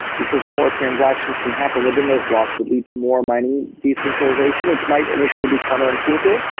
because more transactions can happen within those blocks would lead to more mining decentralization, which might initially be counterintuitive.